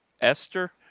Esther